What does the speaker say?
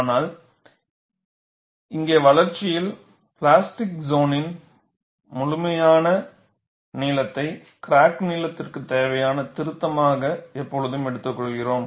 ஆனால் இங்கே வளர்ச்சியில் பிளாஸ்டிக் சோனின் முழுமையான நீளத்தை கிராக் நீளத்திற்குத் தேவையான திருத்தமாக எப்போதும் எடுத்துக்கொள்கிறோம்